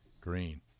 Green